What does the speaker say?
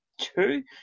two